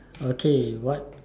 okay what